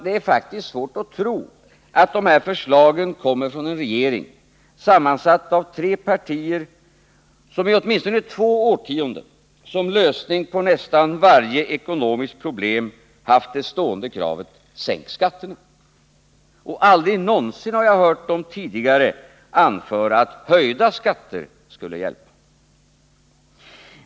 Det är faktiskt svårt att tro att de här förslagen kommer från en regering, sammansatt av tre partier, som i åtminstone två årtionden som lösning på nästan varje ekonomiskt problem haft det stående kravet: Sänk skatterna! Och aldrig någonsin har jag tidigare hört dem anföra att höjda skatter skulle hjälpa.